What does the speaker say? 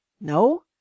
no